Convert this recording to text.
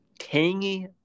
Tangy